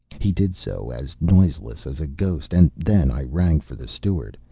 he did so, as noiseless as a ghost, and then i rang for the steward,